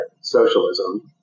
Socialism